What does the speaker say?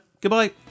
goodbye